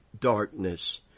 darkness